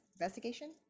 investigation